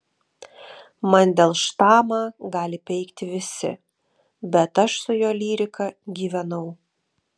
mandelštamą gali peikti visi bet aš su jo lyrika gyvenau